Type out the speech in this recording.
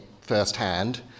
firsthand